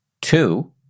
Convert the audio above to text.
Two